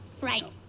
Right